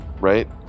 Right